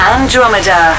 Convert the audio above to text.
Andromeda